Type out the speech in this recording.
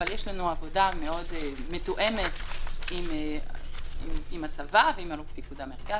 אבל יש לנו עבודה מאוד מתואמת עם הצבא ועם אלוף פיקוד המרכז,